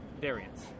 variants